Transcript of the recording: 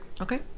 Okay